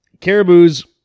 caribous